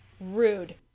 rude